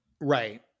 Right